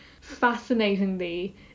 fascinatingly